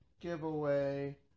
giveaway